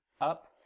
up